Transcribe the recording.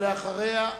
אחריה,